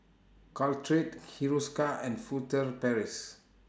Caltrate Hiruscar and Furtere Paris